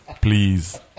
please